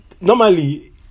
normally